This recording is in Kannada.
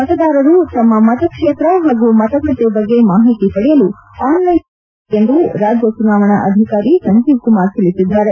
ಮತದಾರರು ತಮ್ಮ ಮತಕ್ಷೇತ್ರ ಹಾಗೂ ಮತಗಟ್ಟೆ ಬಗ್ಗೆ ಮಾಹಿತಿ ಪಡೆಯಲು ಆನ್ಲೈನ್ ವ್ಯವಸ್ಥೆ ಕಲ್ಪಿಸಲಾಗಿದೆ ಎಂದು ರಾಜ್ಞ ಚುನಾವಣಾ ಅಧಿಕಾರಿ ಸಂಜೀವ್ ಕುಮಾರ್ ತಿಳಿಸಿದ್ದಾರೆ